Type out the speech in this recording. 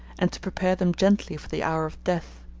and to prepare them gently for the hour of death.